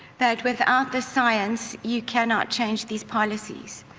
that without the science you cannot change these policies.